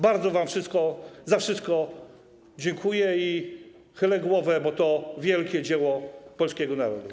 Bardzo wam za wszystko dziękuję i chylę głowę, bo to wielkie dzieło polskiego narodu.